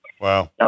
Wow